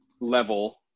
level